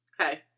Okay